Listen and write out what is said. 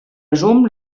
resum